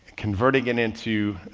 converting it into,